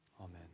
Amen